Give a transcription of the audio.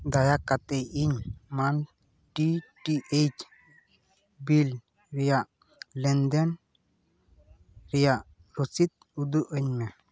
ᱫᱟᱭᱟ ᱠᱟᱛᱮ ᱤᱧ ᱢᱟᱱ ᱴᱤ ᱴᱤ ᱮᱭᱤᱪ ᱵᱤᱞ ᱨᱮᱭᱟᱜ ᱞᱮᱱᱫᱮᱱ ᱨᱟᱭᱟᱜ ᱨᱚᱥᱤᱫᱽ ᱩᱫᱩᱜ ᱟᱹᱧᱢᱮ